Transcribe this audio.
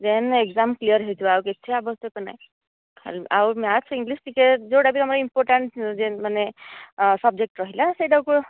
ଦେନ exam clear ହୋଇଯିବ ଆଉ କିଛି ଆବଶ୍ୟକ ନାହିଁ ଖାଲି ଆଉ ମ୍ୟାଥ ଇଂଲିଶ ଟିକେ ଯେଉଁଟା ବି ତମର ଇମ୍ପୋରଟାଣ୍ଟ ଯେମ ମାନେ ସବଜେକ୍ଟ ରହିଲା ସେହିଟାକୁ